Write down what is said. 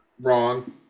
wrong